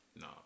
No